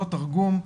לא תרגום,